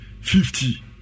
fifty